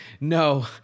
no